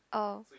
oh